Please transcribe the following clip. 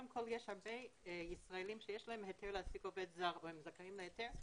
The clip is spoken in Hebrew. כל יש הרבה ישראלים שיש להם היתר להעסיק עובד זר והם זכאים להיתר,